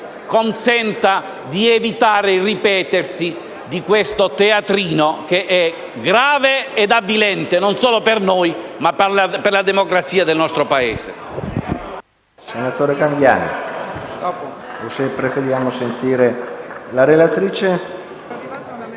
consenta di evitare il ripetersi di questo teatrino che è grave e avvilente non solo per noi, ma per la democrazia del nostro Paese.